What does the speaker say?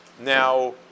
Now